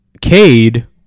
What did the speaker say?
cade